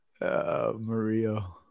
Mario